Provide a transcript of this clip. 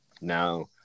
now